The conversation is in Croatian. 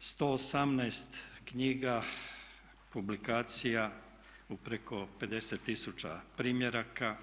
118 knjiga, publikacija u preko 50 tisuća primjeraka.